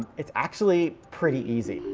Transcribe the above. it's actually pretty easy.